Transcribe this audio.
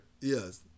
Yes